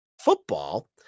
football